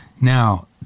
Now